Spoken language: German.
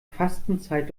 fastenzeit